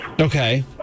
okay